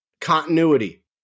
continuity